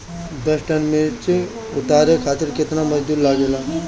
दस टन मिर्च उतारे खातीर केतना मजदुर लागेला?